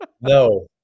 No